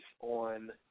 on